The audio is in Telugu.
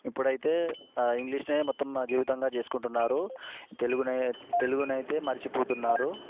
ఇప్పుడైతే ఇంగ్లీష్నే మొత్తం జీవితంగా చేసుకుంటున్నారు తెలుగుని తెలుగుని అయితే మరచిపోతున్నారు